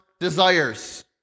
Desires